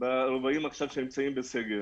ברבעים שנמצאים בסגר,